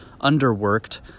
underworked